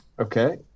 Okay